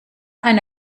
eine